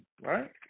right